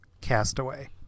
Castaway